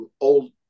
old